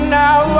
now